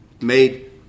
Made